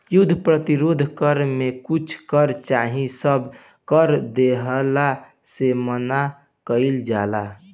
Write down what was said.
युद्ध प्रतिरोध कर में कुछ कर चाहे सब कर देहला से मना कईल जाला